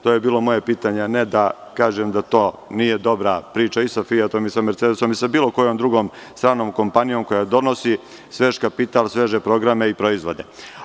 To je bilo moje pitanje, a ne da kažem da to nije dobra priča i sa „Fijatom“ i sa „Mercedesom“ i sa bilo kojom drugom stranom kompanijom koja donosi svež kapital, sveže programe i proizvode.